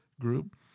group